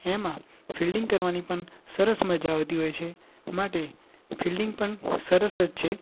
એમાં ફિલ્ડિંગ કરવાની પણ સરસ મજા આવતી હોય છે માટે ફિલ્ડિંગ પણ સરસ જ છે